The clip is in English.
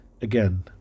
again